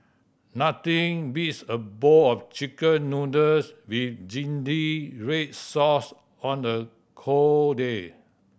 nothing beats a bowl of Chicken Noodles with zingy red sauce on a cold day